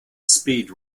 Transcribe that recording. speed